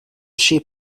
sheep